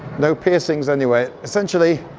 no piercings anyway. essentially,